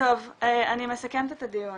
טוב, אני מסכמת את הדיון.